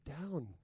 down